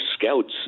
scouts